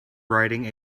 riding